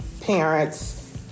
parents